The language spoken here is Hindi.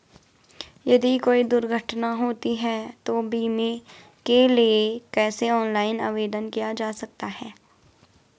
यदि कोई दुर्घटना होती है तो बीमे के लिए कैसे ऑनलाइन आवेदन किया जा सकता है?